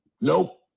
Nope